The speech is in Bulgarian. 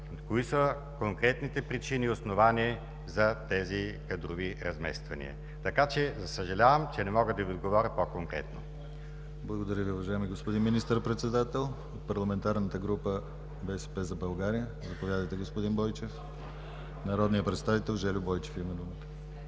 кои са конкретните причини и основания за тези кадрови размествания. Така че, съжалявам, че не мога да Ви отговоря по-конкретно. ПРЕДСЕДАТЕЛ ДИМИТЪР ГЛАВЧЕВ: Благодаря Ви, уважаеми господин Министър-председател. Парламентарната група БСП за България – заповядайте, господин Бойчев. Народният представител Жельо Бойчев има думата.